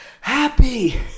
happy